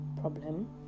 problem